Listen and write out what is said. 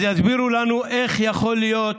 אז יסבירו לנו איך יכול להיות,